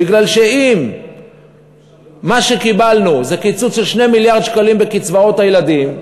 בגלל שאם מה שקיבלנו זה קיצוץ של 2 מיליארד שקלים בקצבאות הילדים,